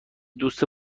دوست